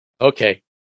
okay